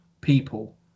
people